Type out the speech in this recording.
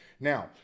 Now